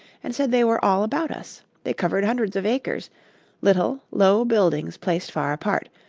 and said they were all about us they covered hundreds of acres little, low buildings placed far apart,